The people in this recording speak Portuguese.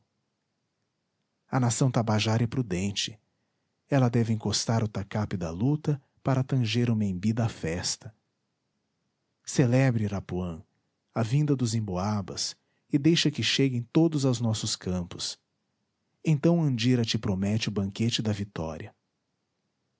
a nação tabajara é prudente ela deve encostar o tacape da luta para tanger o membi da festa celebra irapuã a vinda dos emboabas e deixa que cheguem todos aos nossos campos então andira te promete o banquete da vitória